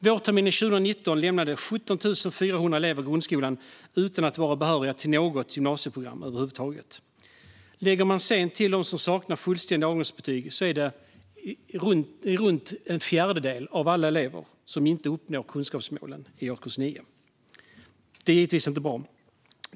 Vårterminen 2019 lämnade 17 400 elever grundskolan utan att vara behöriga till något gymnasieprogram över huvud taget. Lägger man sedan till dem som saknar fullständiga avgångsbetyg är det runt en fjärdedel av alla elever som inte uppnår kunskapsmålen i årskurs 9. Det är givetvis inte bra.